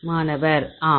மாணவர் ஆம்